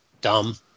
Dumb